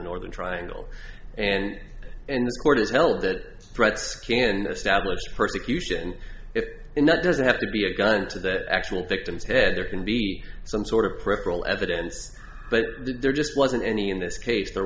northern triangle and in this court has held that threat skin and established persecution it doesn't have to be a gun to that actual victim's head there can be some sort of peripheral evidence but there just wasn't any in this case there